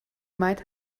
might